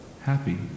happy